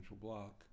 block